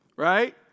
right